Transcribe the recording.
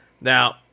Now